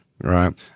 Right